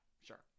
sure